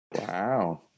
Wow